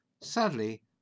Sadly